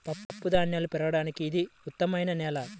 పప్పుధాన్యాలు పెరగడానికి ఇది ఉత్తమమైన నేల